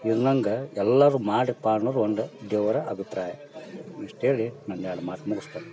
ಇದ್ನಂಗೆ ಎಲ್ಲರೂ ಮಾಡ್ರಪ್ಪ ಅನ್ನೋದು ಒಂದು ದೇವರ ಅಭಿಪ್ರಾಯ ಇಷ್ಟು ಹೇಳಿ ನಂದು ಎರಡು ಮಾತು ಮುಗ್ಸ್ತೇನೆ